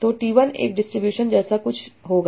तो t1 एक distribution जैसा कुछ होगा